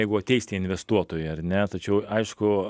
jeigu ateis tie investuotojai ar ne tačiau aišku